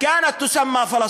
אֵם כל הקִצִּים,